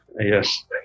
Yes